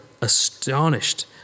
astonished